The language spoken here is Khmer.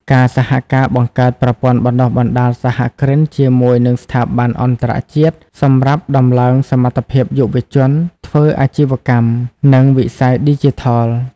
ការសហការបង្កើតប្រព័ន្ធបណ្តុះបណ្តាលសហគ្រិនជាមួយនិងស្ថាប័នអន្តរជាតិ សម្រាប់តម្លើងសមត្ថភាពយុវជន ធ្វើអាជីវកម្ម និងវិស័យឌីជីថល។